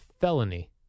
felony